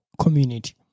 community